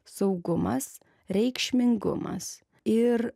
saugumas reikšmingumas ir